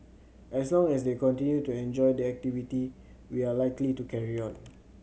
as long as they continue to enjoy the activity we are likely to carry on